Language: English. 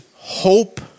Hope